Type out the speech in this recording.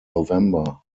november